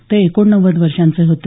ते एकोणनव्वद वर्षांचे होते